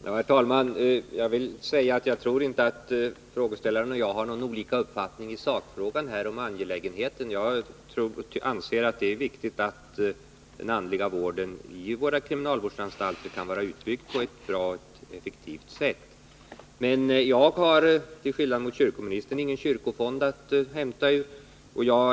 Herr talman! Jag tror inte att frågeställaren och jag har olika uppfattningar i sakfrågan eller i fråga om angelägenheten när det gäller den andliga vården på våra kriminalvårdsanstalter. Jag anser att det är viktigt att den är uppbyggd på ett bra och effektivt sätt. Men jag har till skillnad från kyrkoministern ingen kyrkofond att hämta medel ur.